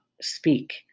speak